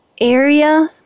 Area